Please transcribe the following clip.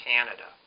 Canada